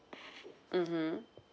mmhmm